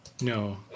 No